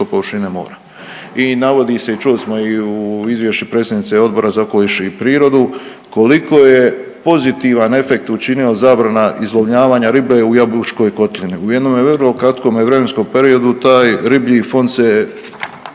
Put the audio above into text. površine mora. I navodi se i čuli smo i u izvješću predsjednice Odbora za okoliš i prirodu koliko je pozitivan efekt učinio zabrana izlovljavanja ribe u Jabučkoj kotlini. U jednome vrlo kratkom vremenskom periodu taj riblji fond se